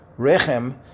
rechem